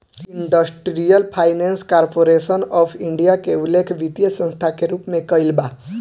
industrial finance corporation of India के उल्लेख वित्तीय संस्था के रूप में कईल बा